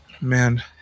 Man